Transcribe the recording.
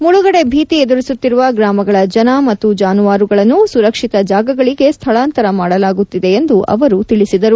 ಮುಳುಗಡೆ ಭೀತಿ ಎದುರಿಸುತ್ತಿರುವ ಗ್ರಾಮಗಳ ಜನ ಮತ್ತು ಜಾನುವಾರುಗಳನ್ನು ಸುರಕ್ಷಿತ ಜಾಗಗಳಿಗೆ ಸ್ಥಳಾಂತರ ಮಾಡಲಾಗುತ್ತಿದೆ ಎಂದು ಅವರು ತಿಳಿಸಿದರು